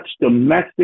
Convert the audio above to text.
domestic